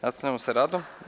Nastavljamo sa radom.